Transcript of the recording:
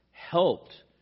helped